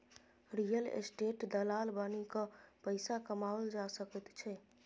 real estate दलाल बनिकए पैसा कमाओल जा सकैत छै